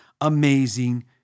amazing